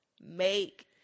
Make